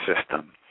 system